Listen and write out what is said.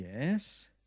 yes